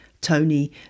Tony